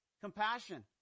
compassion